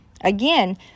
Again